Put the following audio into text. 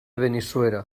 benissuera